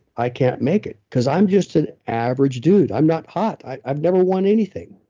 i can't make it because i'm just an average dude. i'm not hot. i've never won anything.